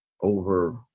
over